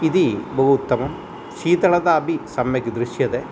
इति बहु उत्तमं शीतलता अपि सम्यक् दृश्यते